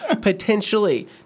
Potentially